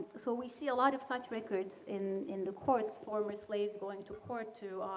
so we see a lot of such records in in the courts, former slaves going to court to